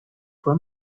for